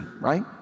right